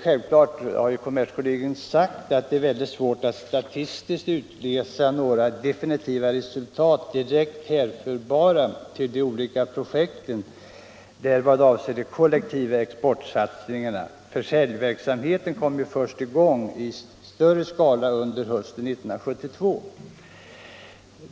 Självfallet är det — som kommerskollegium sagt — svårt att statistiskt utläsa några definitiva resultat direkt hänförbara till de olika projekten, där vad avser de kollektiva exportsatsningarna försäljningsverksamheten först kom i gång i större skala under hösten 1972.